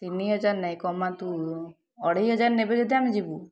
ତିନି ହଜାର ନାଇଁ କମାନ୍ତୁ ଅଢ଼େଇ ହଜାର ନେବେ ଯଦି ଆମେ ଯିବୁ